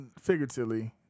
Figuratively